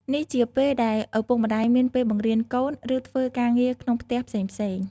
នេះជាពេលដែលឪពុកម្ដាយមានពេលបង្រៀនកូន ឬធ្វើការងារក្នុងផ្ទះផ្សេងៗ។